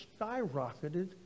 skyrocketed